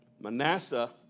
Manasseh